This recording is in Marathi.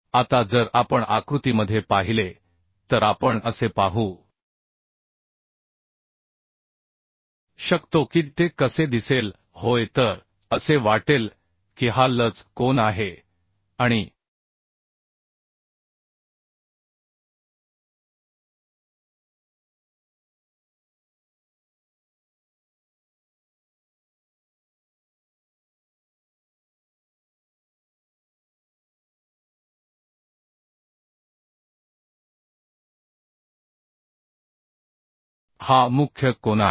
आता जर आपण आकृतीमध्ये पाहिले तर आपण असे पाहू शकतो की ते कसे दिसेल होय तर असे वाटेल की हा लज कोन आहे आणि हा मुख्य कोन आहे